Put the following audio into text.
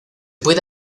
puede